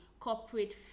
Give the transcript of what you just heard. corporate